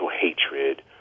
hatred